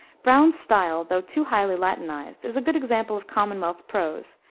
browne's style, though too highly latinized, is a good example of commonwealth prose,